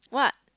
what